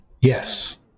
Yes